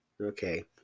Okay